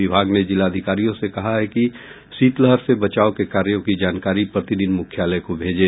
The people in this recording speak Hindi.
विभाग ने जिलाधिकारियों से कहा है कि शीतलहर से बचाव के कार्यो की जानकारी प्रतिदिन मुख्यालय को भेजें